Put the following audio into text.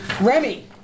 Remy